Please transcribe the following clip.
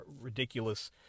ridiculous